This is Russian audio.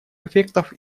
эффектов